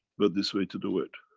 but this way to do it.